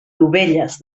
dovelles